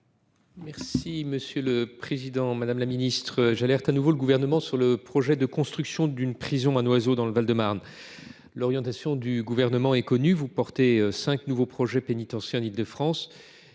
sceaux, ministre de la justice. Madame la ministre, j’alerte de nouveau le Gouvernement sur le projet de construction d’une prison à Noiseau, dans le Val de Marne. L’orientation du Gouvernement est connue : il a engagé cinq nouveaux projets pénitentiaires en Île de France,